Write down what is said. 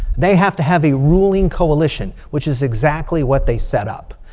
they have to have a ruling coalition. which is exactly what they set up.